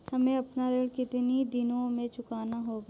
हमें अपना ऋण कितनी दिनों में चुकाना होगा?